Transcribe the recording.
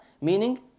meaning